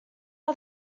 are